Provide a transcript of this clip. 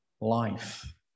life